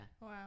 Wow